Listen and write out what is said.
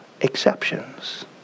exceptions